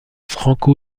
franco